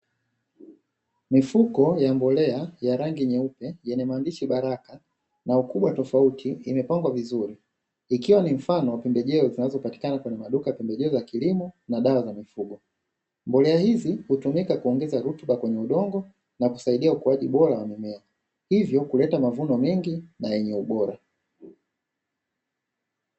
Mifuko ya mbolea ya rangi nyeupe, yenye maandishi "baraka" na ukubwa tofauti, imepangwa vizuri ikiwa ni mfano wa pembejeo zinazopatikana kwenye maduka ya pembejeo za kilimo na dawa za mifugo. Mbolea hizi hutumika kuongeza rutuba kwenye udongo na kusaidia ukuaji bora wa mimea, hivyo kuleta mavuno mengi na yenye ubora.